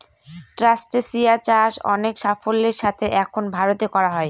ট্রাস্টেসিয়া চাষ অনেক সাফল্যের সাথে এখন ভারতে করা হয়